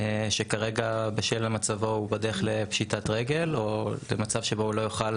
שכרגע בשל מצבו הוא בדרך לפשיטת רגל או למצב שבו הוא לא יוכל